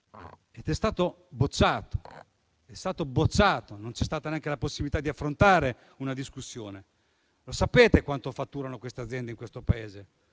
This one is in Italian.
è stato bocciato, non c'è stata neanche la possibilità di affrontare una discussione. Lo sapete quanto fatturano queste aziende nel nostro Paese?